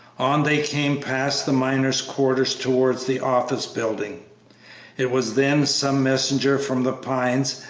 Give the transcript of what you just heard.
on they came past the miners' quarters towards the office building it was then some messenger from the pines,